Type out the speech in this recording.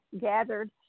gathered